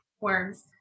worms